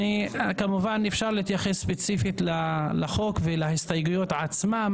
כמובן אפשר להתייחס ספציפית לחוק ולהסתייגויות עצמן,